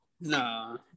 No